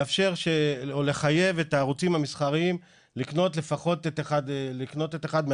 יש לאפשר או לחייב את הערוצים המסחריים לקנות לפחות את אחד מהטורנירים,